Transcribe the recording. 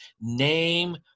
name